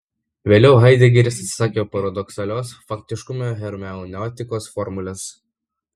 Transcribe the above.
vėliau haidegeris atsisakė paradoksalios faktiškumo hermeneutikos formulės